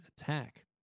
attack